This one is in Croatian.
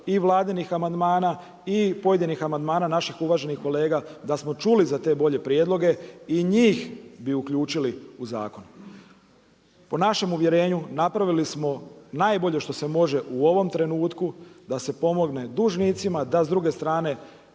i Vladinih amandmana i pojedinih amandmana naših uvaženih kolega da smo čuli za te bolje prijedloge i njih bi uključili u zakon. Po našem uvjerenju napravili smo najbolje što se može u ovom trenutku, da se pomogne dužnicima, da s druge strane